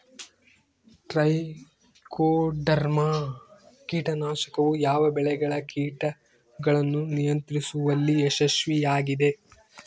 Trichoderma ಕೇಟನಾಶಕವು ಯಾವ ಬೆಳೆಗಳ ಕೇಟಗಳನ್ನು ನಿಯಂತ್ರಿಸುವಲ್ಲಿ ಯಶಸ್ವಿಯಾಗಿದೆ?